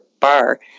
bar